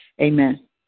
Amen